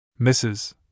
Mrs